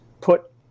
put